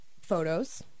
photos